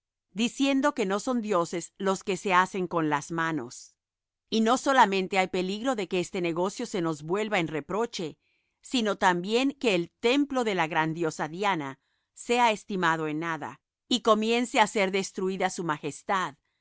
diciendo que no son dioses los que se hacen con las manos y no solamente hay peligro de que este negocio se nos vuelva en reproche sino también que el templo de la gran diosa diana sea estimado en nada y comience á ser destruída su majestad